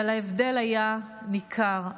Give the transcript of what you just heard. אבל ההבדל היה ניכר.